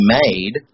made